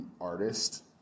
artist